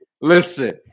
listen